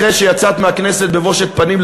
אחרי שיצאת מהכנסת בבושת פנים,